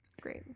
Great